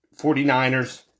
49ers